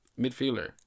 midfielder